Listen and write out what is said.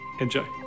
Enjoy